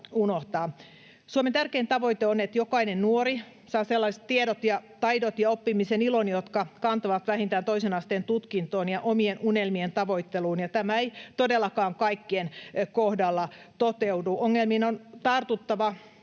unohtaa. Suomen tärkein tavoite on, että jokainen nuori saa sellaiset tiedot ja taidot ja oppimisen ilon, jotka kantavat vähintään toisen asteen tutkintoon ja omien unelmien tavoitteluun, ja tämä ei todellakaan kaikkien kohdalla toteudu. Ongelmiin on tartuttava